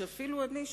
שאפילו אני,